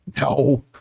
No